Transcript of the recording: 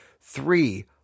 three